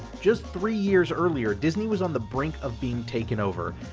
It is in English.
just three years earlier disney was on the brink of being taken over,